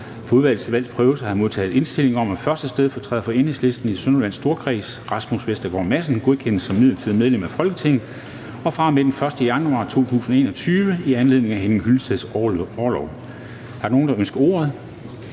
Fra Udvalget til Valgs Prøvelse har jeg modtaget indstilling om, at 1. stedfortræder for Enhedslisten i Sydjyllands Storkreds, Rasmus Vestergaard Madsen, godkendes som midlertidigt medlem af Folketinget fra og med den 1. januar 2021, i anledning af Henning Hyllesteds orlov. Er der nogen, der ønsker ordet?